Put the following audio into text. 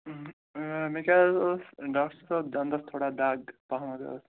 مےٚ کیاہ حظ ٲس ڈاکٹَر صٲب دَندَس تھوڑا دَگ پہمَتھ ٲس